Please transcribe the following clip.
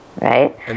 right